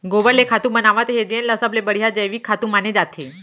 गोबर ले खातू बनावत हे जेन ल सबले बड़िहा जइविक खातू माने जाथे